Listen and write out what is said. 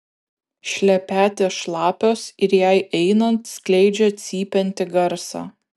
šlepetės šlapios ir jai einant skleidžia cypiantį garsą